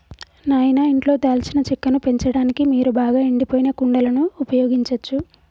నాయిన ఇంట్లో దాల్చిన చెక్కను పెంచడానికి మీరు బాగా ఎండిపోయిన కుండలను ఉపయోగించచ్చు